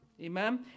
Amen